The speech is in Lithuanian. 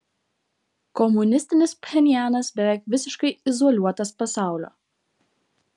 komunistinis pchenjanas beveik visiškai izoliuotas pasaulio